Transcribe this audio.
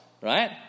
right